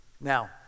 now